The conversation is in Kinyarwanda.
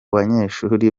banyeshuri